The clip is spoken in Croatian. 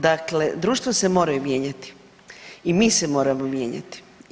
Dakle, društvo se mora mijenjati i mi se moramo mijenjati.